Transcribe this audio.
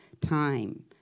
time